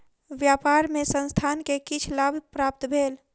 व्यापार मे संस्थान के किछ लाभ प्राप्त भेल